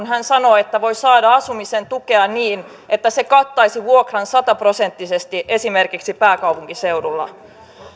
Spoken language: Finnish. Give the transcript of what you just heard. hän sanoo että voi saada asumiseen tukea niin että se kattaisi vuokran sataprosenttisesti esimerkiksi pääkaupunkiseudulla